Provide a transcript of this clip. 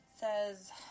Says